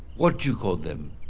what do you call them?